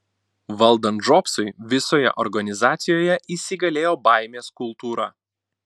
valdant džobsui visoje organizacijoje įsigalėjo baimės kultūra